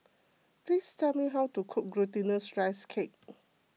please tell me how to cook Glutinous Rice Cake